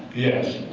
yes,